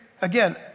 Again